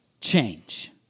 change